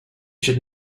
should